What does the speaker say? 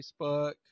Facebook